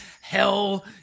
Hell